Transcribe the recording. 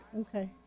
Okay